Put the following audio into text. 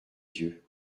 yeux